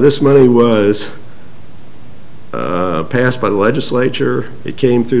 this money was passed by the legislature it came through the